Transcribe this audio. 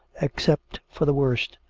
except for the worse,